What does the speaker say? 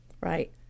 Right